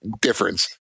difference